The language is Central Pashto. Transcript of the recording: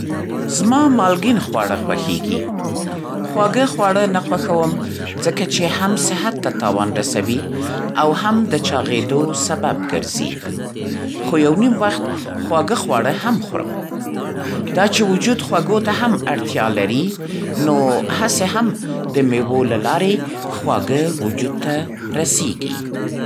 زما مالګین خواړه خوښېږي. خواږه خواړه نه خوښوم ځکه چې هم صحت ته تاوان رسوي او هم د چاغېدو سبب ګرزي. خو یو نیم وخت خواږه خواړه هم خورم. دا چې وجود خوږو ته هم اړتیا لري، نو هسې هم د مېوو له لارې خواږه وجود ته رسېږي.